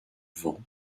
vent